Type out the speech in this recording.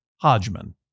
Hodgman